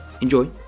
enjoy